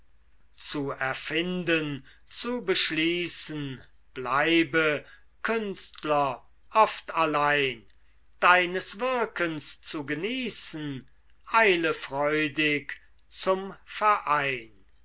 zu erfinden zu beschließen bleibe künstler oft allein deines wirkens zu genießen eile freudig zum verein